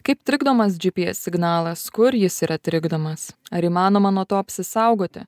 kaip trikdomas gps signalas kur jis yra trikdomas ar įmanoma nuo to apsisaugoti